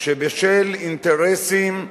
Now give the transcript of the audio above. שבשל אינטרסים לאומיים,